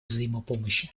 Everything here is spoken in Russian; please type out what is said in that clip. взаимопомощи